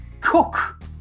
cook